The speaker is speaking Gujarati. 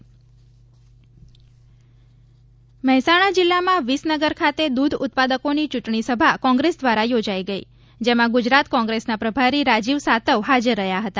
કોંગ્રેસ પ્રચાર મહેસાણા જિલ્લામાં વિસનગર ખાતે દૂધ ઉત્પાદકોની ચૂંટણી સભા કોંત્રેસ દ્વારા યોજાઇ ગઇ જેમાં ગુજરાત કોંગ્રેસના પ્રભારી રાજીવ સાતવ હાજર હતા